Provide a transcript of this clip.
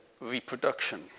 reproduction